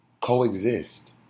coexist